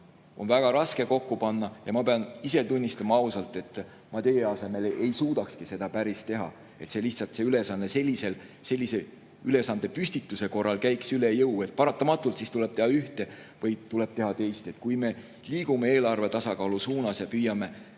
on väga raske kokku panna. Ma pean ise tunnistama ausalt, et ma teie asemel ei suudaks seda päris teha. Lihtsalt see ülesanne sellise ülesandepüstituse korral käiks üle jõu. Paratamatult tuleb teha ühte või tuleb teha teist. Kui me liigume eelarve tasakaalu suunas, püüame